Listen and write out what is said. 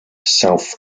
south